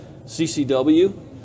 CCW